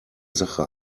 sache